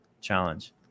challenge